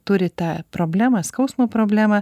turi tą problemą skausmo problemą